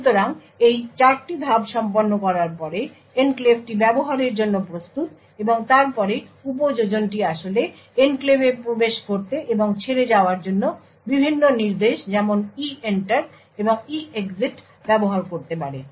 সুতরাং এই 4টি ধাপ সম্পন্ন করার পরে এনক্লেভটি ব্যবহারের জন্য প্রস্তুত এবং তারপরে উপযোজনটি আসলে এনক্লেভে প্রবেশ করতে এবং ছেড়ে যাওয়ার জন্য বিভিন্ন নির্দেশ যেমন EENTER এবং EEXIT ব্যবহার করতে পারে